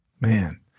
man